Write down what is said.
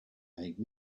make